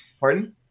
Pardon